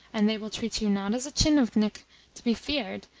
and they will treat you, not as a tchinovnik to be feared,